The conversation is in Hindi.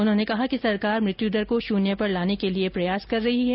उन्होंने कहा कि सरकार मृतयुदर को शून्य पर लाने के लिए प्रयास कर रही है